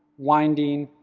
winding,